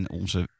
onze